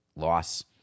loss